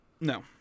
No